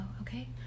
okay